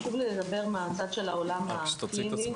חשוב לי לדבר מהצד של העולם הקליני.